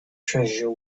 treasure